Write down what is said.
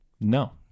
No